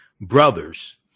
brothers